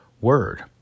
word